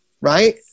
right